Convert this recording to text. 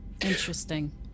Interesting